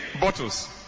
bottles